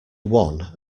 one